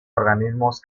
organismos